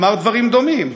אמר דברים דומים.